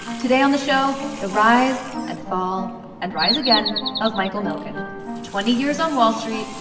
today on the show, the rise and fall and rise again of michael milken twenty years on wall street,